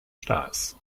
stars